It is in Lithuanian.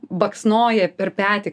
baksnoja per petį